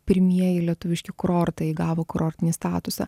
pirmieji lietuviški kurortai įgavo kurortinį statusą